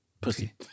Pussy